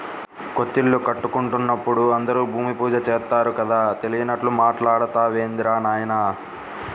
కొత్తిల్లు కట్టుకుంటున్నప్పుడు అందరూ భూమి పూజ చేత్తారు కదా, తెలియనట్లు మాట్టాడతావేందిరా నాయనా